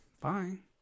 Fine